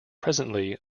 presently